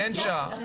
אין שעה.